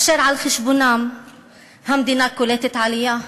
אשר על חשבונם המדינה קולטת עלייה,